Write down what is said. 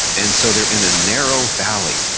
and so, they're in a narrow valley.